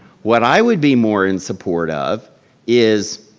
what i would be more in support of is,